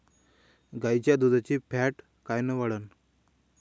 गाईच्या दुधाची फॅट कायन वाढन?